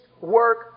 work